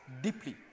deeply